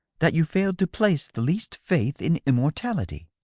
that you failed to place the least faith in immortality.